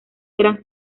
eran